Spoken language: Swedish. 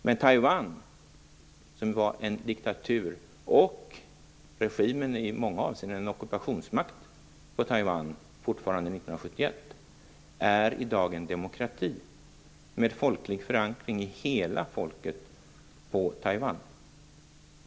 Men Taiwan, som var en diktatur och vars regim i många avseenden var en ockupationsmakt fortfarande 1971, är i dag en demokrati med förankring i hela folket på Taiwan.